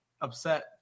upset